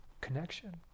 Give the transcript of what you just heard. connection